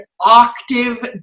octave